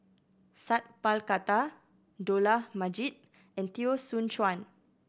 Sat Pal Khattar Dollah Majid and Teo Soon Chuan